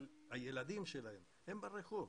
אבל הילדים שלהם הם ברחוב.